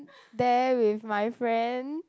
there with my friend